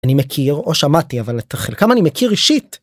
אני מכיר או שמעתי אבל את חלקם אני מכיר אישית.